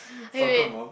wait wait wait